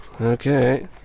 Okay